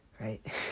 right